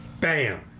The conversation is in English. Bam